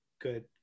good